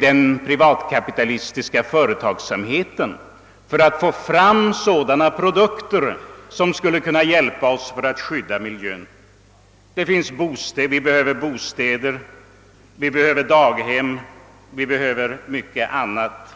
den privatkapitalistiska företagsamheten gör mycket litet för att få fram produkter som skulle kunna hjälpa oss att skydda miljön. Vi behöver bostäder, vi behöver daghem, vi behöver mycket annat.